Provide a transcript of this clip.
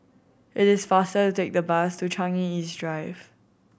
it is faster to take the bus to Changi East Drive